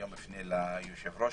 אפנה היום ליושב-ראש,